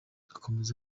akomeza